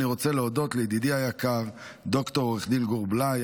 אני רוצה להודות לידידי היקר ד"ר עו"ד גור בליי,